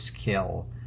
skill